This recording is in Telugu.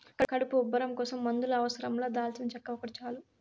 కడుపు ఉబ్బరం కోసం మందుల అవసరం లా దాల్చినచెక్క ఒకటి చాలు